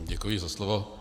Děkuji za slovo.